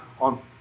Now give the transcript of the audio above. on